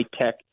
tech